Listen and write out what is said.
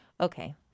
Okay